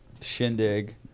shindig